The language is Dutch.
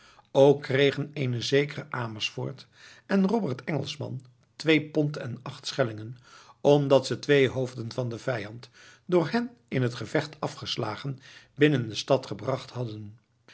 ook kregen een zekere amersfoort en robert engelschman twee pond en acht schellingen omdat ze twee hoofden van de vijanden door hen in het gevecht afgeslagen binnen de stad gebracht hadden